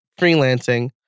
freelancing